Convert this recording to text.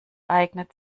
eignet